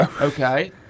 Okay